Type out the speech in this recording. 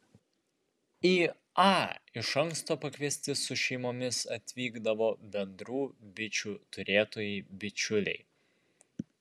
į a iš anksto pakviesti su šeimomis atvykdavo bendrų bičių turėtojai bičiuliai